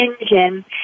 engine